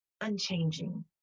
unchanging